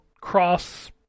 Cross